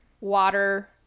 water